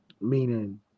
meaning